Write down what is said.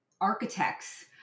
architects